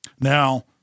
Now